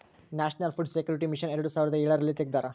national food security mission ಎರಡು ಸಾವಿರದ ಎಳರಲ್ಲಿ ತೆಗ್ದಾರ